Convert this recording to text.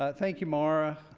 ah thank you mara